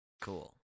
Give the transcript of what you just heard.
Cool